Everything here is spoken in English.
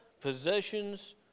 possessions